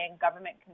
government